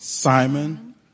Simon